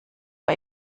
bei